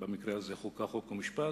במקרה הזה, לוועדת החוקה, חוק ומשפט,